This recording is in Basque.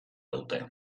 dute